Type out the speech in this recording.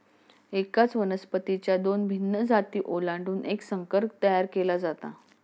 एकाच वनस्पतीच्या दोन भिन्न जाती ओलांडून एक संकर तयार केला जातो